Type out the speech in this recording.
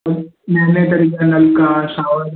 नऐं नऐं तरीक़े जा नलका शॉवर